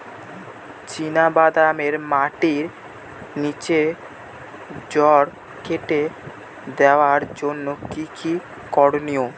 চিনা বাদামে মাটির নিচে জড় কেটে দেওয়ার জন্য কি কী করনীয়?